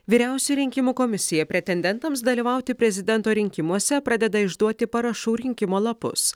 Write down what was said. vyriausioji rinkimų komisija pretendentams dalyvauti prezidento rinkimuose pradeda išduoti parašų rinkimo lapus